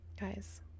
Guys